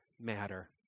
matter